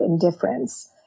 indifference